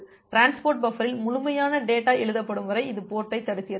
transport பஃபரில் முழுமையான data எழுதப்படும் வரை இது போர்ட்டைத் தடுக்கிறது